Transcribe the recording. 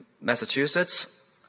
Massachusetts